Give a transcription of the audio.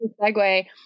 segue